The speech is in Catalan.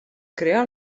crear